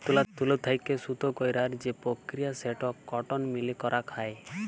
তুলো থেক্যে সুতো কইরার যে প্রক্রিয়া সেটো কটন মিলে করাক হয়